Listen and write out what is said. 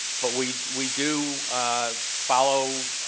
but we we do ah follow